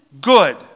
good